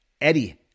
Eddie